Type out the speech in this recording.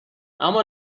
اما